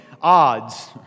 odds